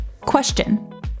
Question